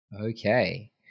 Okay